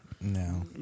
No